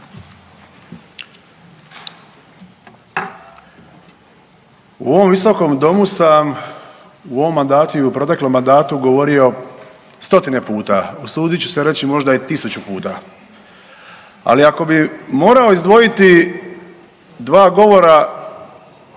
U ovom visokom domu sam u ovom mandatu i u proteklom mandatu govorio stotine puta, usudit ću se reći možda i tisuću puta, ali ako bi morao izdvojiti dva govora